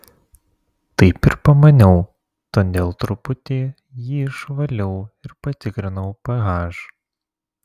taip ir pamaniau todėl truputį jį išvaliau ir patikrinau ph